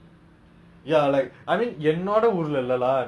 !wah!